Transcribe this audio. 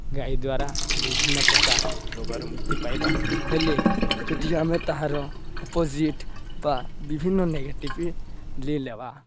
ଗାଈ ଦ୍ୱାରା ବିଭିନ୍ନପ୍ରକାର ରୋଗରୁ ମୁକ୍ତି ପାଇବା ହେଲେ ଯଦି ଆମେ ତାହାର ଅପୋଜିଟ୍ ବା ବିଭିନ୍ନ ନେଗେଟିଭ୍ଲି ନେବା